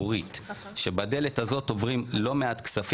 אוקיי, בינתיים אל תעלי בזום.